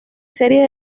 series